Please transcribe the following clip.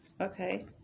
Okay